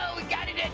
we got him